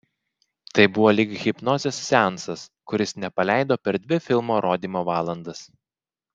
tai buvo lyg hipnozės seansas kuris nepaleido per dvi filmo rodymo valandas